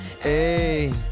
Hey